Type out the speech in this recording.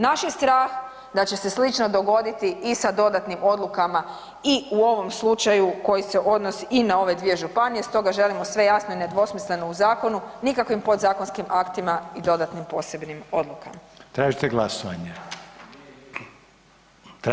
Naš je strah da će se slično dogoditi i sa dodatnim odlukama i u ovom slučaju koji se odnosi i ona ove dvije županije, stoga želimo sve jasno i nedvosmisleno u zakonu, nikakvim podzakonskim aktima i dodatnim posebnim odlukama.